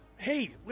Hey